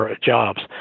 jobs